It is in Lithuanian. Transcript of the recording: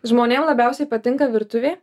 žmonėm labiausiai patinka virtuvė